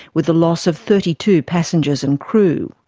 with the loss of thirty two passengers and crew.